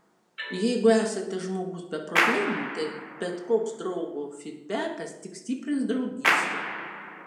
jeigu esate žmogaus be problemų tai bet koks draugo fydbekas tik stiprins draugystę